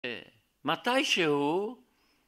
מתישהו